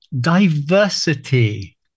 diversity